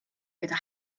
gyda